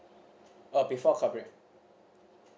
or before corporate